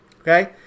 Okay